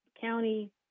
County